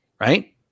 right